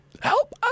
Help